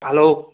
hello